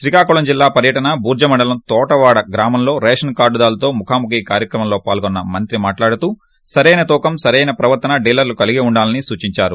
శ్రీకాకుళం జిల్లా పర్యటన బూర్ల మండలం తోటవాడ గ్రామంలో రేషన్ కార్గుదారులతో ముఖాముఖి కార్యక్రమంలో పాల్గొన్స మంత్రి మాట్లాడుతూ సరైన తూకం సరైన ప్రవర్తన డీలర్లు కలిగి ఉండాలని సూచించారు